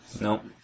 Nope